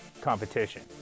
competition